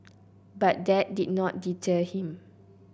but that did not deter him